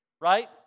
right